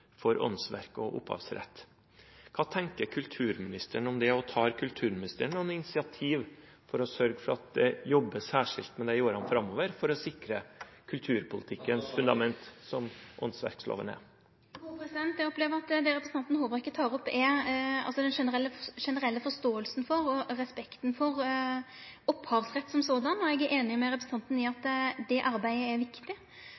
at det jobbes særskilt med det i årene framover for å sikre kulturpolitikkens fundament, som åndsverksloven er? Eg opplever at det representanten Håbrekke tek opp, er den generelle forståinga og respekten for opphavsrett i seg sjølv, og eg er einig med representanten i at det arbeidet er viktig.